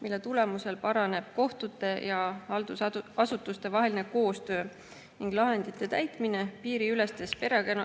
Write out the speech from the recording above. mille tulemusel paraneb kohtute ja haldusasutuste koostöö ning lahendite täitmine piiriülestes